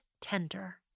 tender